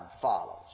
follows